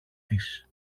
της